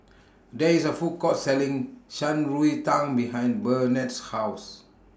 There IS A Food Court Selling Shan Rui Tang behind Burnett's House